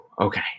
Okay